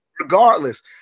Regardless